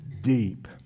deep